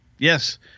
Yes